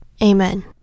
Amen